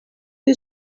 you